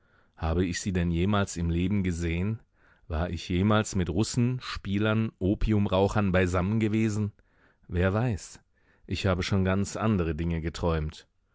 habe ich sie denn jemals im leben gesehen war ich jemals mit russen spielern opiumrauchern beisammen gewesen wer weiß ich habe schon ganz andere dinge geträumt